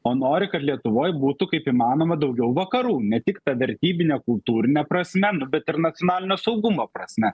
o nori kad lietuvoj būtų kaip įmanoma daugiau vakarų ne tik vertybine kultūrine prasme nu bet ir nacionalinio saugumo prasme